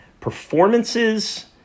performances